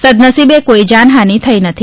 સદનસીબે કોઈ જાનહાની થઈ નથી